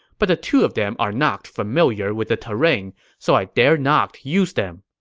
but the two of them are not familiar with the terrain, so i dare not use them.